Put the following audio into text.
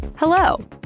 Hello